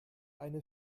eine